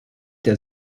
der